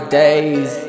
days